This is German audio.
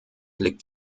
liegt